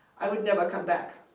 i would never come back.